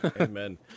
Amen